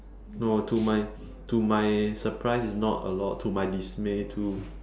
no to my to my surprise is not a lot to my dismay too